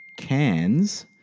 cans